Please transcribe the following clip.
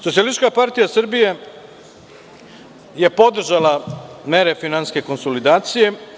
Socijalistička partija Srbije je podržala mere konsolidacije.